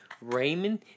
Raymond